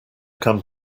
come